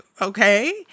okay